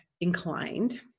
inclined